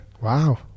Wow